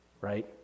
Right